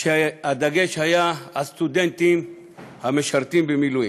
והדגש היה סטודנטים המשרתים במילואים.